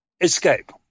escape